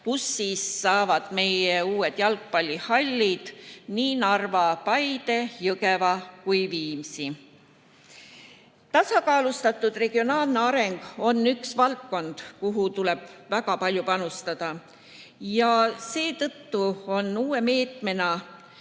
millele saavad uue jalgpallihalli nii Narva, Paide, Jõgeva kui ka Viimsi. Tasakaalustatud regionaalne areng on üks valdkond, kuhu tuleb väga palju panustada. Seetõttu on uus meede,